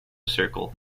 circle